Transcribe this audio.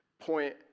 point